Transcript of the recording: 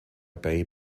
bay